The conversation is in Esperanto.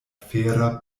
fera